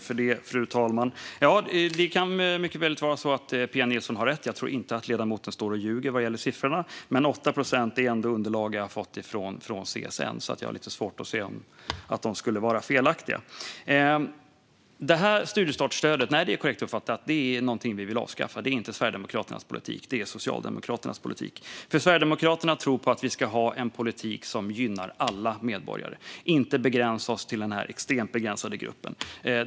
Fru talman! Det kan mycket väl vara så att Pia Nilsson har rätt. Jag tror inte att ledamoten står och ljuger om siffrorna, men 8 procent är det i de underlag som jag har fått från CSN. Jag har lite svårt att se att de skulle vara felaktiga. Det är korrekt uppfattat att studiestartsstödet är något som vi vill avskaffa. Detta är inte Sverigedemokraternas politik; det är Socialdemokraternas politik. Sverigedemokraterna tror på en politik som gynnar alla medborgare. Vi ska inte begränsa oss till denna extremt lilla grupp.